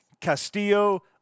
Castillo